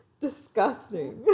Disgusting